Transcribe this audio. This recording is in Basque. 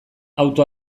auto